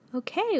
Okay